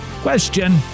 Question